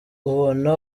ubona